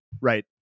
Right